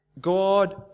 God